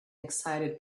excited